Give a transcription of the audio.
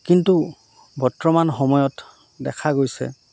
কিন্তু বৰ্তমান সময়ত দেখা গৈছে